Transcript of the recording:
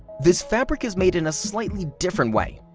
this fabric is made in a slightly different way.